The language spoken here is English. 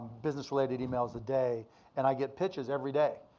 business-related emails a day and i get pitches every day.